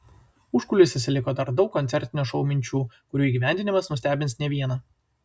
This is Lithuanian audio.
užkulisiuose liko dar daug koncertinio šou minčių kurių įgyvendinimas nustebins ne vieną